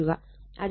അതിന്റെ ഉത്തരം 56